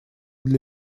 для